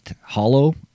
Hollow